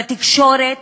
בתקשורת,